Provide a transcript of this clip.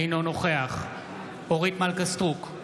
אינו נוכח אורית מלכה סטרוק,